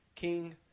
king